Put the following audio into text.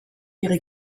ihre